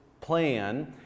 plan